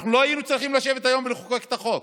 אנחנו לא היינו צריכים לשבת היום ולחוקק את החוק,